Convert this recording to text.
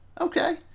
Okay